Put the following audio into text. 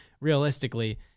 realistically